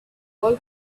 golf